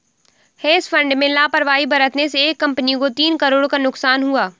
hedge fund में लापरवाही बरतने से एक कंपनी को तीन करोड़ का नुकसान हुआ